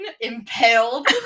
impaled